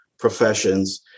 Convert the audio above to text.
professions